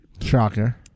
shocker